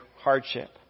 hardship